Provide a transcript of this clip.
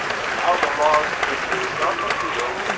but now the laws to which himself appealed,